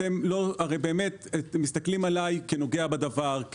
אתם מסתכלים עליי כנוגע בדבר,